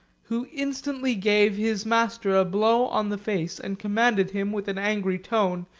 who instantly gave his master a blow on the face, and commanded him, with an angry tone,